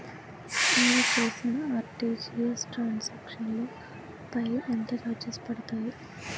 నేను చేసిన RTGS transaction లో పై ఎంత చార్జెస్ పడతాయి?